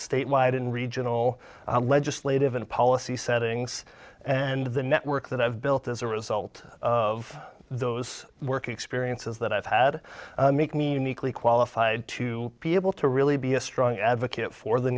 statewide and regional legislative and policy settings and the network that i've built as a result of those work experiences that i've had make me to meekly qualified to be able to really be a strong advocate for the